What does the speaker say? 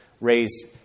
raised